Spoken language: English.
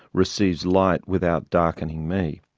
receives light without darkening me.